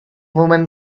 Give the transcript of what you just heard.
woman